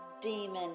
demon